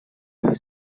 you